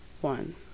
one